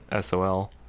SOL